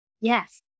Yes